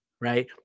right